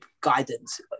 guidance